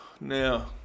Now